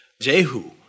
Jehu